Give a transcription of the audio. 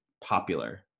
popular